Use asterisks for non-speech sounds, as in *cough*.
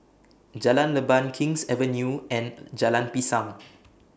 Jalan Leban King's Avenue and Jalan Pisang *noise*